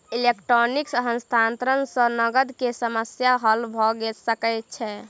electronic हस्तांतरण सॅ नकद के समस्या हल भ सकै छै